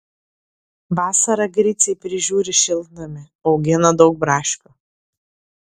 vasarą griciai prižiūri šiltnamį augina daug braškių